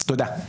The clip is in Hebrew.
תודה.